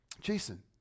Jason